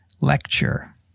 lecture